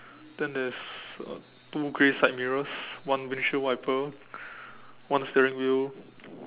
then there's uh two grey side mirrors one windshield wiper one steering wheel